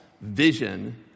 vision